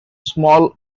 small